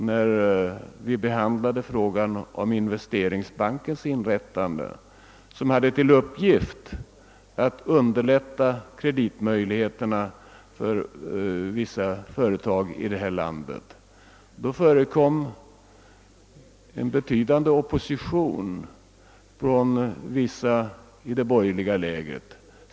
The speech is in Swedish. När vi behandlade frågan om inrättandet av Investeringsbanken, som har till uppgift att underlätta kreditmöjligheterna för vissa företag, förekom en betydande opposition från vissa håll i det borgerliga lägret.